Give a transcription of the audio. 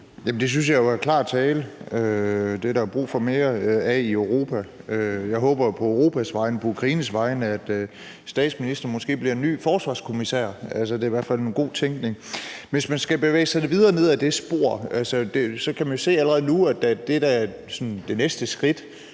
det synes jeg jo er klar tale – det er der brug for mere af i Europa. Jeg håber på Europas vegne, på Ukraines vegne, at statsministeren måske bliver en ny forsvarskommissær, altså det er i hvert fald en god tænkning. Hvis man skal bevæge sig videre nedad det spor, kan man se allerede nu, at det, der sådan er det næste skridt,